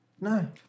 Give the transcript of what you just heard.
No